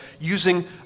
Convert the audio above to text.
using